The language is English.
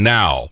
now